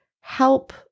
help